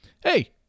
Hey